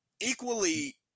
equally